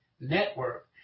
Network